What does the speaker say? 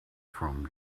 from